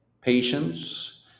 patience